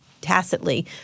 tacitly